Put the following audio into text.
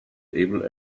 able